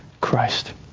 Christ